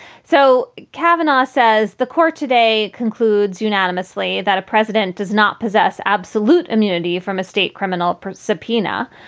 so cavenagh says the court today concludes unanimously that a president does not possess absolute immunity from a state criminal subpoena,